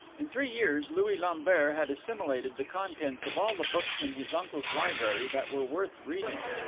in three years louis lambert had assimilated the contents of all the books in his uncle's library that were worth reading.